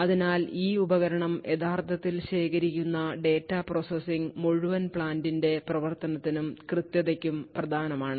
അതിനാൽ ഈ ഉപകരണം യഥാർത്ഥത്തിൽ ശേഖരിക്കുന്ന ഡാറ്റാ പ്രോസസ്സിംഗ് മുഴുവൻ പ്ലാന്റിന്റെ പ്രവർത്തനത്തിനും കൃത്യതയ്ക്കും പ്രധാനമാണ്